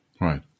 Right